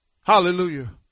Hallelujah